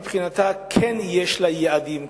מבחינתה כן יש לה יעדים,